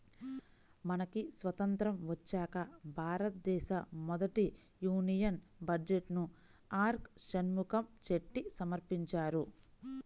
మనకి స్వతంత్రం వచ్చాక భారతదేశ మొదటి యూనియన్ బడ్జెట్ను ఆర్కె షణ్ముఖం చెట్టి సమర్పించారు